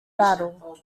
battle